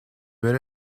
ver